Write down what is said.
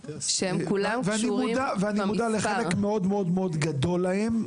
ואני מודע לחלק מאוד מאוד גדול מהם.